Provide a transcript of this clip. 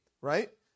right